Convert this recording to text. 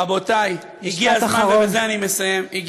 רבותי, הגיע הזמן, ובזה אני מסיים, משפט אחרון.